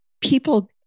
People